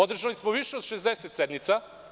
Održali smo više od 60 sednica.